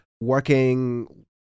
working